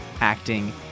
acting